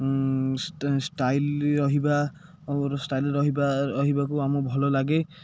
style ରହିବା ଆମର style ରହିବା ରହିବାକୁ ଆମକୁ ଭଲ ଲାଗେ